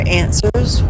answers